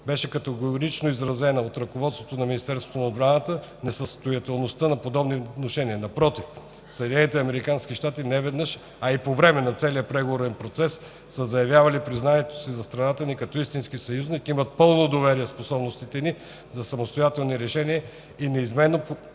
беше категорично изразена от ръководството на Министерството на отбраната несъстоятелността на подобни внушения. Напротив, Съединените американски щати неведнъж, а и по време на целия преговорен цикъл, са заявявали признанието си за страната като истински съюзник, имат пълно доверие в способностите ни за самостоятелни решения и неизменно